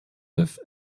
neuf